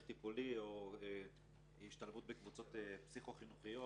טיפולי או השתתפות בקבוצות פסיכו-חינוכיות,